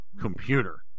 computer